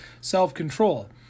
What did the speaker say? self-control